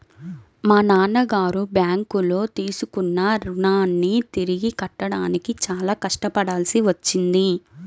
మా నాన్నగారు బ్యేంకులో తీసుకున్న రుణాన్ని తిరిగి కట్టడానికి చాలా కష్టపడాల్సి వచ్చింది